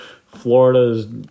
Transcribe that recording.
Florida's